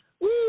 Woo